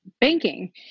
banking